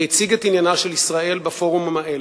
והציג את עניינה של ישראל בפורומים האלה,